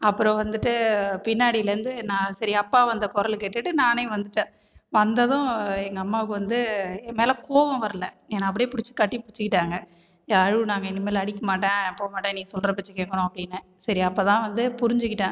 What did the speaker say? அப்பறம் வந்துகிட்டு பின்னாடிலேந்து நான் சரி அப்பா வந்த குரல் கேட்டுவிட்டு நானே வந்துவிட்டேன் வந்ததும் எங்கள் அம்மாவுக்கு வந்து என் மேலே கோபம் வரல என்ன அப்படியே பிடிச்சி கட்டி பிடிச்சிகிட்டாங்கள் அழுவுனாங்கள் இனிமேல் அடிக்க மாட்டேன் போகமாட்டேன் நீ சொல்கிற பேச்சை கேட்கணும் அப்படினு சரி அப்பா தான் வந்து புரிஞ்சுக்கிட்டேன்